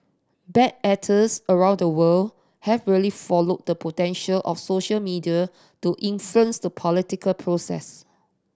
bad actors around the world have really followed the potential of social media to influence the political process